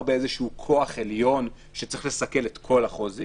באיזשהו כוח עליון שצריך לסכל את כל החוזים.